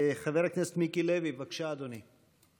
חבר הכנסת מיקי לוי, בבקשה, אדוני.